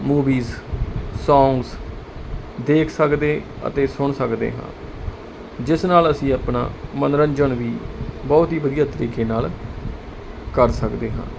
movies songs ਦੇਖ ਸਕਦੇ ਅਤੇ ਸੁਣ ਸਕਦੇ ਜਿਸ ਨਾਲ ਅਸੀਂ ਆਪਣਾ ਮਨੋਰੰਜਨ ਵੀ ਬਹੁਤ ਹੀ ਵਧੀਆ ਤਰੀਕੇ ਨਾਲ ਕਰ ਸਕਦੇ ਹਾਂ